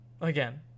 Again